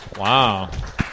Wow